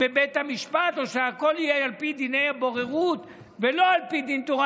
בבית המשפט או שהכול יהיה על פי דיני הבוררות ולא על פי דין תורה,